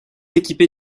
équipé